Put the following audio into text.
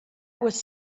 was